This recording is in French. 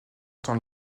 temps